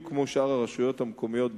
בדיוק כמו שאר הרשויות המקומיות בארץ.